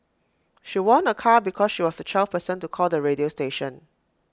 she won A car because she was the twelfth person to call the radio station